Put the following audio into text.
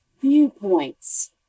viewpoints